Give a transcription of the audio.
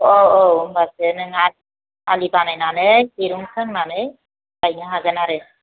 औ औ होम्बासो नों आलि आलि बानायनानै दैरुं खोंनानै गायनो हागोन आरो